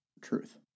truth